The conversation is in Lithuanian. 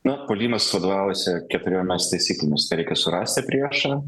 na puolimas vadovaujasi keturiomis taisyklėmis tai reikia surasti priešą